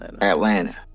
Atlanta